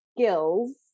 skills